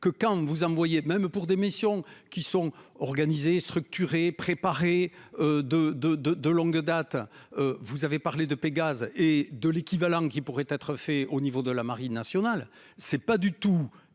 que quand vous envoyez même pour des missions qui sont organisés structurés préparé de de de de longue date. Vous avez parlé de Pégase et de l'équivalent qui pourrait être fait au niveau de la marine nationale. C'est pas du tout